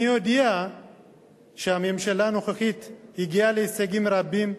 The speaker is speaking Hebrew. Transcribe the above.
אני יודע שהממשלה הנוכחית הגיעה להישגים רבים: